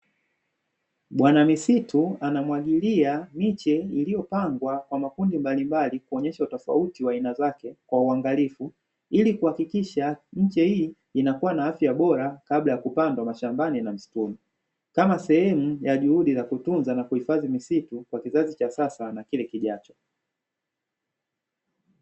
Bwana misitu anamwagilia miche iliyopangwa kwa makundi mbalimbali kuonyesha utofauti wa aina zake kwa uangalifu. Ili kuhakikisha miche hii inakua na afya bora kabla ya kupandwa mashambani na misituni, kama sehemu ya juhudi za kutunza na kuhifadhi misitu kwa kizazi cha sasa na kile kijacho.